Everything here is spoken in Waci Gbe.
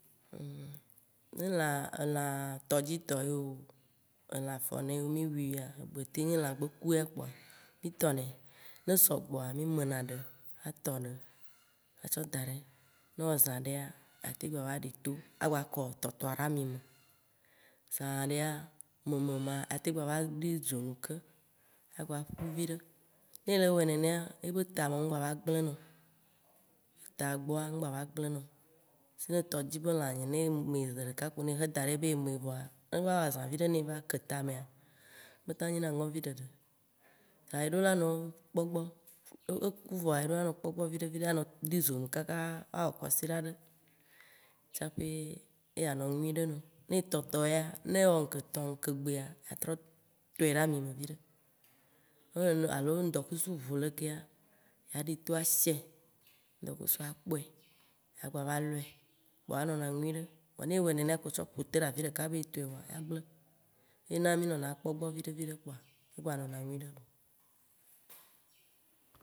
Ne lã, elã, tɔdzi tɔ ye o, elã afɔ ene ye o, mì wuia, be tem nye lã gbe ku ya kpoa, mìtɔ nɛ, ne sɔgbɔa, mì me na ɖe, atɔ ɖe atsɔ date, ne wɔ zã ɖea, atem gba va ɖe to akɔ tɔtɔa ɖe ami me, zã ɖea, meme ma, atem gbava ɖoe dzo nu ke, agba ƒu viɖe. Ne ele wɔe nenea, ye be ta me ŋgba va gble na o. Tagbɔa, mgba va gblena o. Si be ne tɔdzi be lãe nyi, ye eme ziɖeka kpo ye xɔ daɖi be ye me vɔa, ne va wɔ azã viɖe ne eva ke tamea, ye kpata nyina ŋɔvi ɖeɖe. Ta eɖo la nɔ kpɔ egbɔ, eƒu vɔa eɖo la nɔ kpɔ egbɔ viɖe viɖe anɔ ɖoe zonu kaka awɔ kɔsiɖa ɖe tsaƒe ye anɔ nyuiɖe nɔ. Ne tɔtɔ yea, ne wɔ ŋkeke etɔ ŋkegbea, yea trɔ tɔe ɖe ami me. Ne mele nene o, alo ne dɔkusu ʋu lekea, yea ɖe to asiɛ, ŋdɔkusu akpɔe, yea gba va lɔɛ kpoa enɔnɛ nyuiɖe. Voa ne ewɔɛ nenea kpo tsɔ ƒote ɖe afi ɖeka be ye tɔe vɔa, agble. Ye na mì nɔna kpɔ egbɔ viɖe viɖe kpoa egba nɔna nyuiɖe.